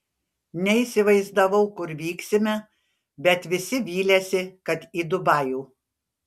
neįsivaizdavau kur vyksime bet visi vylėsi kad į dubajų